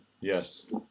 Yes